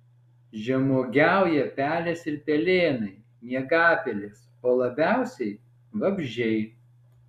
žemuogiauja pelės ir pelėnai miegapelės o labiausiai vabzdžiai